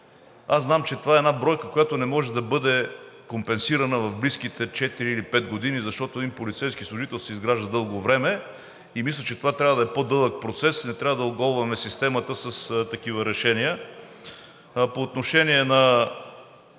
аз знам, че това е една бройка, която не може да бъде компенсирана в близките четири или пет години, защото един полицейски служител се изгражда дълго време, и мисля, че това трябва да е по-дълъг процес и не трябва да оголваме системата с такива решения. По отношение на